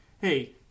hey